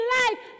life